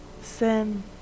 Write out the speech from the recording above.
sin